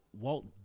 Walt